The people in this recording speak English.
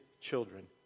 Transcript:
children